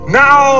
now